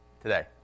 today